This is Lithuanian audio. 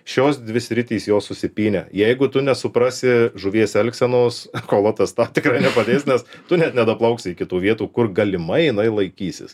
šios dvi sritys jos susipynę jeigu tu nesuprasi žuvies elgsenos echolotas tau tikrai nepadės nes tu net nepaplauksi iki tų vietų kur galimai jinai laikysis